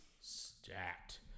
stacked